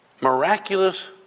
miraculous